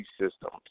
systems